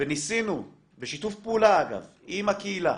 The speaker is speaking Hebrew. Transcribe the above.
וניסינו בשיתוף פעולה אגב עם הקהילה,